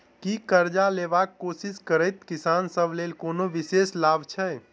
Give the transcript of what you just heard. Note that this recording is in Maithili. की करजा लेबाक कोशिश करैत किसान सब लेल कोनो विशेष लाभ छै?